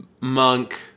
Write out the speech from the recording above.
Monk